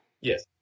Yes